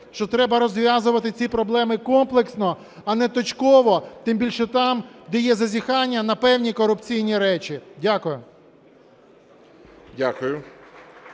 що треба розв'язувати ці проблеми комплексно, а не точково, тим більше там, де є зазіхання на певні корупційні речі. Дякую.